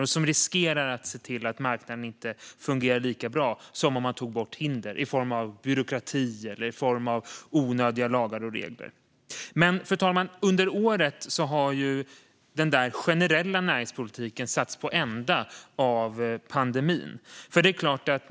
Bidragen riskerar att göra att marknaden inte fungerar lika bra som om man tar bort hinder i form av byråkrati eller onödiga lagar och regler. Men, fru talman, under året har denna generella näringspolitik satts på ända av pandemin.